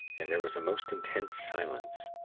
and there was a most intense silence,